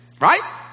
right